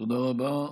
תודה רבה.